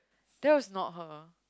that was not her